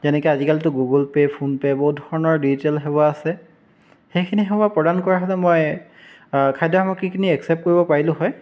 যেনেকৈ আজিকালিতো Google Pay PhonePe' বহুত ধৰণৰ ডিজিটেল সেৱা আছে সেইখিনি সেৱা প্ৰদান কৰা হ'লে মই খাদ্য সামগ্ৰীখিনি একচেপ্ট কৰিব পাৰিলোঁ হয়